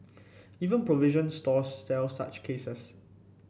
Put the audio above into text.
even provision stores sell such cases